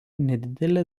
nedidelė